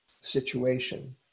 situation